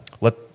let